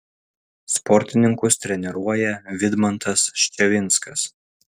sportininkus treniruoja vidmantas ščevinskas